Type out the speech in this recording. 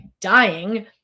dying